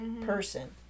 person